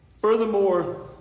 Furthermore